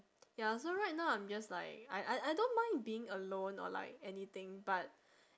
ya so right now I'm just like I I I don't mind being alone or like anything but